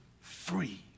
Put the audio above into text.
free